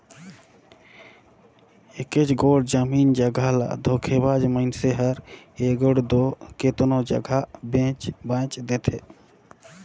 एकेच गोट जमीन जगहा ल धोखेबाज मइनसे हर एगोट दो केतनो जगहा बेंच बांएच देथे